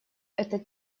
этот